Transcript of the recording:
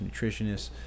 nutritionists